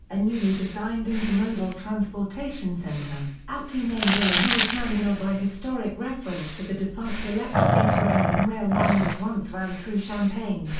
a newly designed intermodal transportation center, aptly named illinois terminal by historic reference to the defunct electric interurban rail line that once ran through champaign,